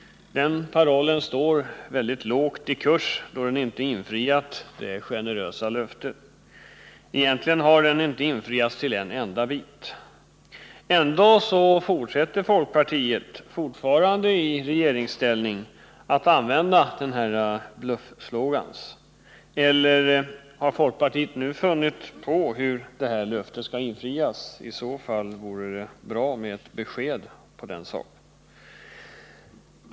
Den parollen står väldigt lågt i kurs eftersom man inte kunnat infria det generösa löftet. Egentligen har det inte infriats till en enda bit. Ändå fortsätter folkpartiet, fortfarande i regeringsställning, att använda denna bluffslogan. Eller har folkpartiet nu funnit på hur detta löfte skall infrias? I så fall vore det bra med ett besked på den punkten.